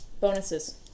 Bonuses